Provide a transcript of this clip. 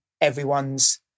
everyone's